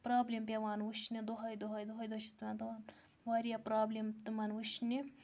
problem پٮ۪وان وٕچھنہِ دۄہَے دۄہَے دۄہَے دۄہَے چھِ پٮ۪وان واریاہ پرٛابلِم تِمَن وُچھنہِ